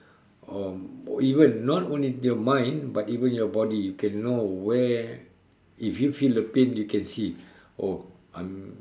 or even not only your mind but even your body can know where if you feel a pain you can see oh I'm